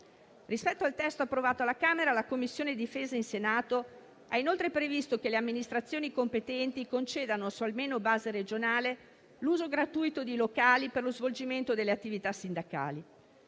Rispetto al testo approvato alla Camera, la Commissione difesa in Senato ha inoltre previsto che le amministrazioni competenti concedano almeno su base regionale l'uso gratuito di locali per lo svolgimento delle attività sindacali.